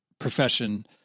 profession